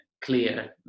clear